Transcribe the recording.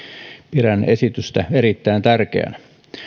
pidän esitystä erittäin tärkeänä